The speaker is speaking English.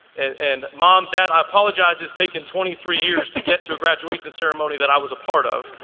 and mom, dad, i apologize, it's taken twenty three years to get to a graduation ceremony that i was a part of.